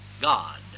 God